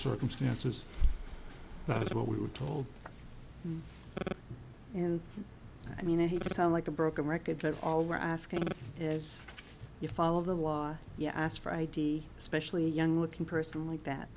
circumstances that's what we were told you know i mean i hate to sound like a broken record but all we're asking is you follow the law yeah i asked for id especially young looking person like that